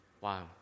Wow